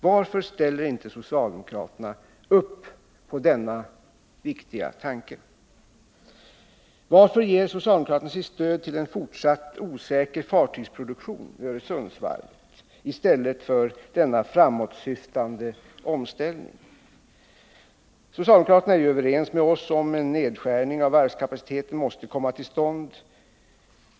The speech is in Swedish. Varför ställer inte socialdemokraterna upp på denna viktiga tanke? Varför ger socialdemokraterna sitt stöd till en fortsatt osäker fartygsproduktion vid Öresundsvarvet i stället för denna framåtsyftande omställning? Socialdemokraterna är ju överens med oss om att en nedskärning av varvskapaciteten måste komma till stånd.